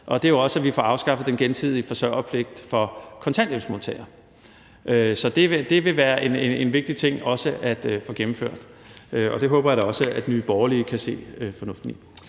og det er, at vi også får afskaffet den gensidige forsørgerpligt for kontanthjælpsmodtagere. Det vil være en vigtig ting også at få gennemført, og det håber jeg da også Nye Borgerlige kan se fornuften i.